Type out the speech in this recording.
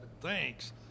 Thanks